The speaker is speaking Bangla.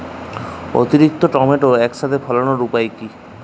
অতিরিক্ত টমেটো একসাথে ফলানোর উপায় কী?